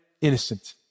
innocent